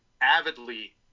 Avidly